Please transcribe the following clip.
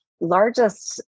largest